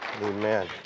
Amen